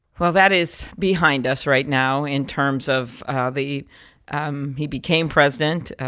well, that is behind us right now in terms of ah the um he became president.